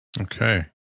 Okay